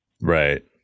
Right